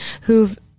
who've